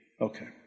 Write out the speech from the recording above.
Okay